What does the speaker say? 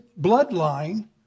bloodline